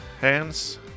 hands